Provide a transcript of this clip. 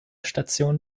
station